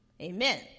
Amen